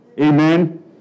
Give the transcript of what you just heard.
Amen